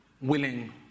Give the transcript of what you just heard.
willing